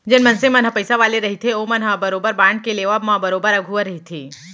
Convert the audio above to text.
जेन मनसे मन ह पइसा वाले रहिथे ओमन ह बरोबर बांड के लेवब म बरोबर अघुवा रहिथे